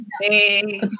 Hey